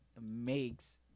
makes